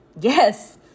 Yes